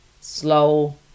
slow